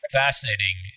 fascinating